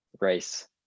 race